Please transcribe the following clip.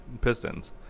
pistons